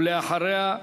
ואחריה,